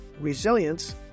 resilience